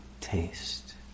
taste